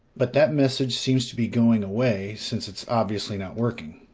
but that message seems to be going away, since it's obviously not working.